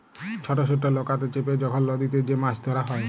ছট ছট লকাতে চেপে যখল লদীতে যে মাছ ধ্যরা হ্যয়